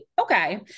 Okay